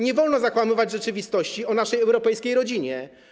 Nie wolno zakłamywać rzeczywistości o naszej europejskiej rodzinie.